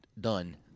done